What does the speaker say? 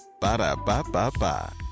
Ba-da-ba-ba-ba